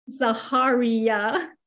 Zaharia